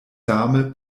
same